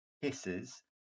hisses